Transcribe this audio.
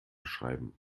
schreiben